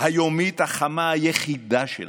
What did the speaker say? היומית החמה היחידה שלהם.